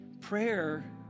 prayer